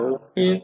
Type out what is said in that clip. okay